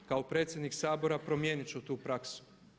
Kao predsjednik Sabora promijenit ću tu praksu.